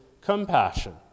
compassion